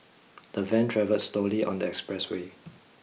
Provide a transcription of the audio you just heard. the van travelled slowly on the expressway